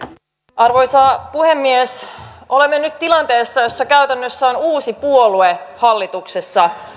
arvoisa puhemies olemme nyt tilanteessa jossa käytännössä on uusi puolue hallituksessa